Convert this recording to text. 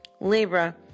Libra